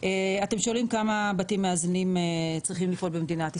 אתם שואלים כמה בתים מאזנים צריכים לפעול במדינת ישראל.